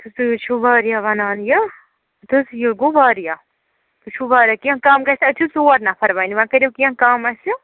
تُہۍ حظ چھُو واریاہ وَنان یہِ ہتہٕ حظ یہِ گوٚو واریاہ تُہۍ چھُو واریاہ کیٚنٛہہ کَم گژھیٛا أسۍ چھِ ژور نَفر وۅنۍ وۅنۍ کٔرو کیٚنٛہہ کَم اَسہِ